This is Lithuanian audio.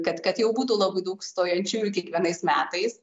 kad kad jau būtų daug daug stojančiųjų kiekvienais metais